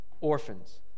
orphans